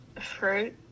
fruit